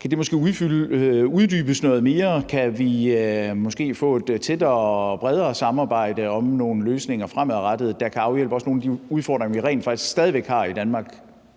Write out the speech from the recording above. kan det måske uddybes noget mere? Kan vi måske få et tættere og bredere samarbejde om nogle løsninger fremadrettet, der kan afhjælpe nogle af de udfordringer, vi rent faktisk stadig væk har i Danmark?